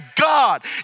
God